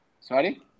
sorry